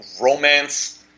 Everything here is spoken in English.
romance